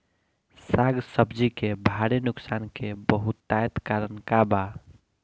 साग सब्जी के भारी नुकसान के बहुतायत कारण का बा?